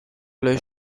blue